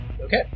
Okay